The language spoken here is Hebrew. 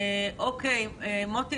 מוטי,